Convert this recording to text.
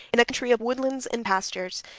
in a country of woodlands and pastures,